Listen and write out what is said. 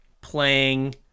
playing